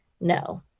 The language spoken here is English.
no